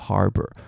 Harbor